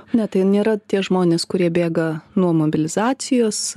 ne tai nėra tie žmonės kurie bėga nuo mobilizacijos